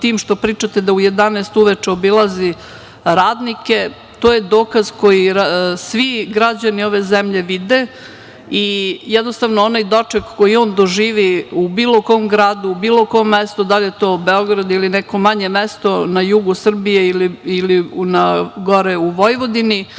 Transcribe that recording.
tim što pričate da u 11 uveče obilazi radnike, to je dokaz koji svi građani ove zemlje vide. Jednostavno, onaj doček koji on doživi u bilo kom gradu, u bilo kom mestu, da li je to Beograd ili neko manje mesto na jugu Srbije ili gore u Vojvodini,